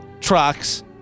trucks